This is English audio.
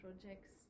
projects